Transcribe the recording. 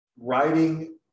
writing